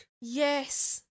Yes